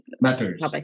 matters